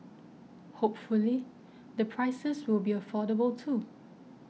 hopefully the prices will be affordable too